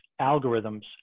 algorithms